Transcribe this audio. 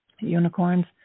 unicorns